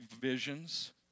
visions